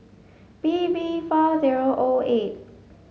B V four zero O eight